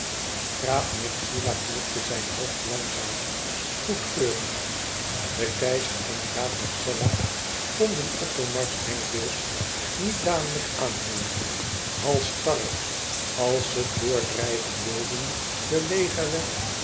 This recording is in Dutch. graaf myxila knikte zijn hoofd langzaam goedkeurend de keizer en graaf marcella konden othomars denkbeeld niet dadelijk aanhangen halsstarrig als ze doordrijven wilden de legerwet